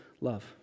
love